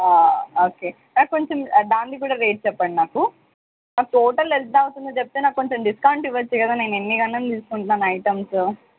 okay నాకు కొంచెం దానిది కూడా రేట్ చెప్పండి నాకు నాకు టోటల్ ఎంత అవుతుందో చెప్తే నాకు కొంచెం డిస్కౌంట్ ఇవ్వచ్చు కదా నేను ఇన్నిగనం తీసుకుంటున్నాను ఐటమ్స్